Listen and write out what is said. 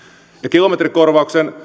kilometrikorvauksen